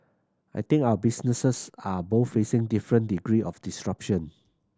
I think our businesses are both facing different degree of disruption